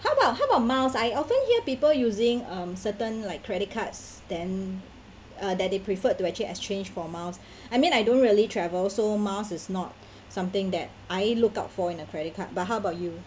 how about how about miles I often hear people using um certain like credit cards then uh they preferred to actually exchange for miles I mean I don't really travel so miles is not something that I look out for in a credit card but how about you